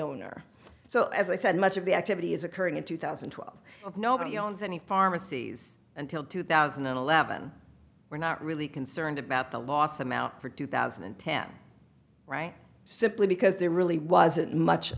owner so as i said much of the activity is occurring in two thousand and twelve of nobody owns any pharmacies until two thousand and eleven we're not really concerned about the loss amount for two thousand and ten right simply because there really wasn't much